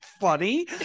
funny